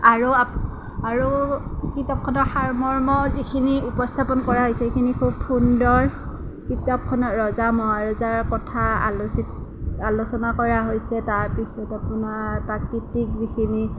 আৰু আৰু কিতাপখনৰ সাৰমৰ্ম যিখিনি উপস্থাপন কৰা হৈছে সেইখিনি খুব সুন্দৰ কিতাপখনৰ ৰজা মহাৰজাৰ কথা আলোচনা কৰা হৈছে তাৰ পিছত আপোনাৰ প্ৰাকৃতিক যিখিনি